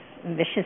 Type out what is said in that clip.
vicious